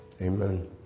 Amen